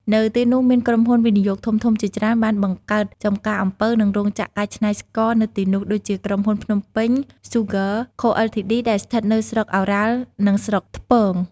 នៅទីនោះមានក្រុមហ៊ុនវិនិយោគធំៗជាច្រើនបានបង្កើតចំការអំពៅ និងរោងចក្រកែច្នៃស្ករនៅទីនោះ ដូចជាក្រុមហ៊ុន ភ្នំពេញ ស៊ូហ្គើរ ខូអិលធីឌី ដែលស្ថិតនៅស្រុកឱរ៉ាល់ និងស្រុកថ្ពង។